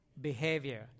Behavior